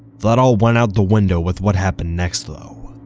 that all went out the window with what happened next though.